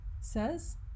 says